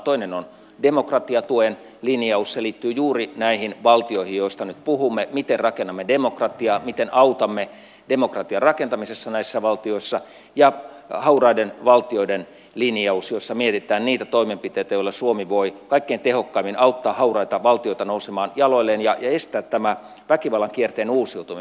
toinen on demokratiatuen linjaus joka liittyy juuri näihin valtioihin joista nyt puhumme miten rakennamme demokratiaa miten autamme demokratian rakentamisessa näissä valtioissa ja hauraiden valtioiden linjaus jossa mietitään niitä toimenpiteitä joilla suomi voi kaikkein tehokkaimmin auttaa hauraita valtioita nousemaan jaloilleen ja estää tämän väkivallan kierteen uusiutumisen